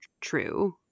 true